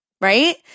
right